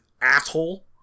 asshole